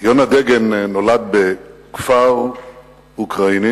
יונה דגן נולד בכפר אוקראיני